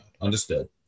understood